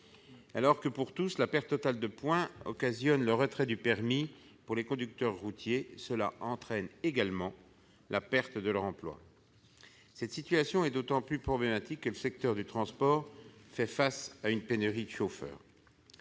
ou non. Or, si la perte totale de points occasionne pour tous le retrait du permis, pour les conducteurs routiers, elle entraîne également la perte de leur emploi. Cette situation est d'autant plus problématique que le secteur du transport fait face à une pénurie de chauffeurs.